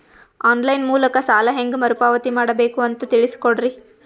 On line ಮೂಲಕ ಸಾಲ ಹೇಂಗ ಮರುಪಾವತಿ ಮಾಡಬೇಕು ಅಂತ ತಿಳಿಸ ಕೊಡರಿ?